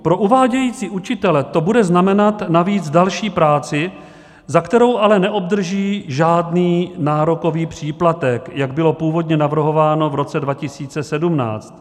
Pro uvádějící učitele to bude znamenat navíc další práci, za kterou ale neobdrží žádný nárokový příplatek, jak bylo původně navrhováno v roce 2017.